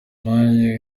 ampaye